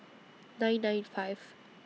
nine nine five